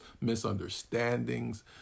misunderstandings